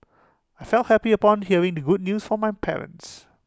I felt happy upon hearing the good news from my parents